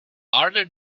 arthur